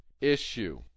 issue